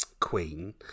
Queen